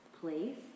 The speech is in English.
place